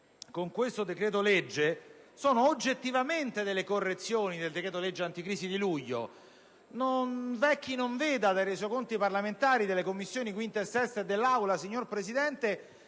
con questo decreto-legge sono oggettivamente delle correzioni del decreto-legge anticrisi di luglio. Non v'è chi non veda, dai resoconti parlamentari delle Commissioni 5a e 6a e dell'Aula, che queste